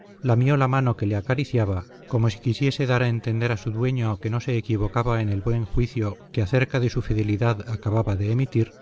cuatro patas lamió la mano que le acariciaba como si quisiese dar a entender a su dueño que no se equivocaba en el buen juicio que acerca de su fidelidad acababa de emitir